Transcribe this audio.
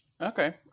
Okay